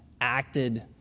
acted